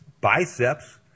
biceps